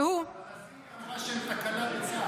שהוא --- אבל לזימי אמרה שהם תקלה בצה"ל.